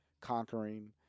conquering